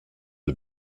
the